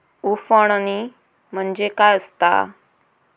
उफणणी म्हणजे काय असतां?